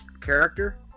Character